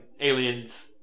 Aliens